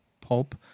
pulp